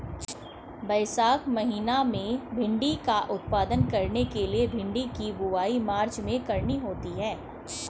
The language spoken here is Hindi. वैशाख महीना में भिण्डी का उत्पादन करने के लिए भिंडी की बुवाई मार्च में करनी होती है